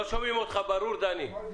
בבקשה.